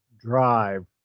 drive